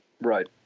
right